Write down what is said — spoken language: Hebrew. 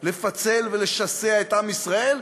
לפצל ולשסע את עם ישראל,